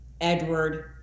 Edward